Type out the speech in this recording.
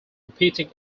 repeating